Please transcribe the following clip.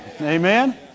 Amen